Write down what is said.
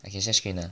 I can share screen ah